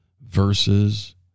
verses